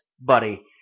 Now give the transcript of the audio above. buddy